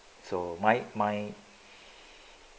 so my my